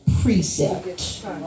precept